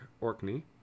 Orkney